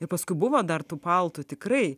ir paskui buvo dar tų paltų tikrai